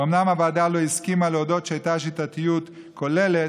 אומנם הוועדה לא הסכימה להודות שהייתה שיטתיות כוללת,